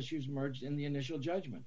issues merged in the initial judgment